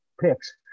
picks